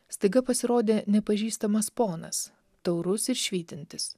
staiga pasirodė nepažįstamas ponas taurus ir švytintis